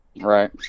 Right